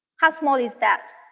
how small is that?